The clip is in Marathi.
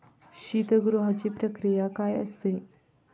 शीतगृहाची प्रक्रिया काय असते?